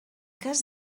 cas